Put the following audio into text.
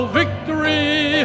victory